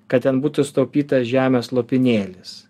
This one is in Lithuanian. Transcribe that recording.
kad ten būtų sutaupyta žemės lopinėlis